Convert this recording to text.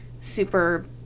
super